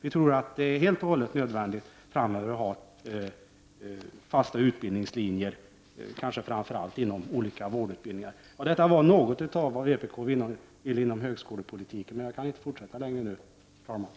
Vi tror att det är absolut nödvändigt framöver att ha fasta utbildningslinjer, kanske framför allt inom olika vårdutbildningar. Detta var något av vad vpk vill inom högskolepolitiken. Jag kan inte fortsätta längre nu, herr talman.